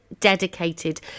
Dedicated